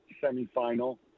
semi-final